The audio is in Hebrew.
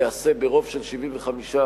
תיעשה ברוב של 75%,